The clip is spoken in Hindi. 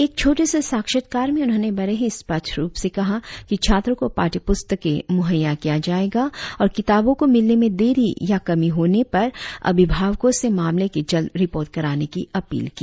एक छोटे से साक्षात्कार में उन्होंने बड़े ही स्पष्ट रुप से कहा कि छात्रों को पाठ्य पुस्तक मुहैय्या किया जाएगा और किताबों को मिलने में देरी या कमी होने पर अभिभावकों से मामले की जल्द रिपोर्ट कराने की अपील की